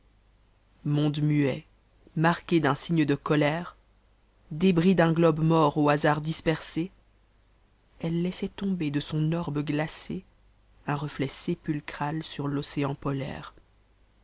monde muet marqué d'un signe de colère débris d'un globe mort au hasard dispersé elle laissait tomber de son orbe gïacé un renet sépulcral sur l'océan polaire